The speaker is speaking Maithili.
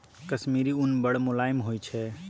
कश्मीरी उन बड़ मोलायम होइ छै